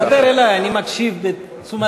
דבר אלי, אני מקשיב בתשומת לב רבה.